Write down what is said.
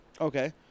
Okay